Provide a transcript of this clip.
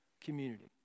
community